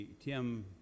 Tim